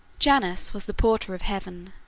janus was the porter of heaven.